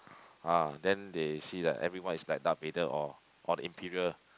ah then they see like everyone is like Darth-Vader or or the Imperial